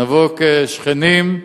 נבוא כשכנים,